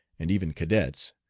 and even cadets,